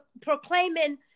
proclaiming